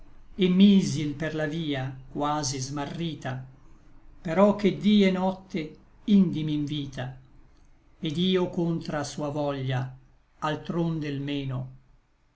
et misil per la via quasi smarrita però che dí et notte indi m'invita et io contra sua voglia altronde l meno